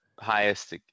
highest